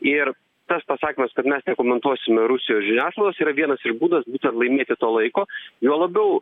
ir tas pasakymas kad mes nekomentuosime rusijos žiniasklaidos yra vienas iš būdas laimėti to laiko juo labiau